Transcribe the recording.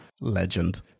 Legend